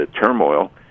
turmoil